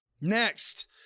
next